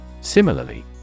Similarly